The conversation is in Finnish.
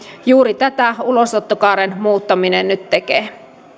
juuri tätä ulosottokaaren muuttaminen nyt tekee